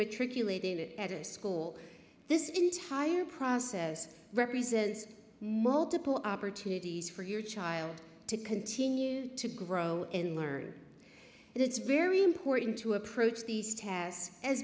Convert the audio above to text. matriculating it at a school this entire process represents multiple opportunities for your child to continue to grow in learning and it's very important to approach these tests a